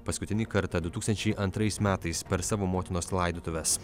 paskutinį kartą du tūkstančiai antrais metais per savo motinos laidotuves